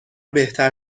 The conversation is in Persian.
بهتر